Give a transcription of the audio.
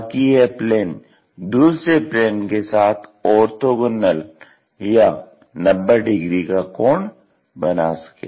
ताकि यह प्लेन दूसरे प्लेन के साथ ओर्थोगोनल या 90 डिग्री का कोण बना सके